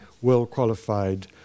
well-qualified